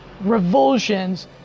revulsions